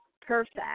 perfect